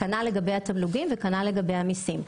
כנ"ל לגבי התמלוגים וכנ"ל לגבי המיסים.